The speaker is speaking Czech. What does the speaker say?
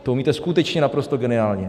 To umíte skutečně naprosto geniálně.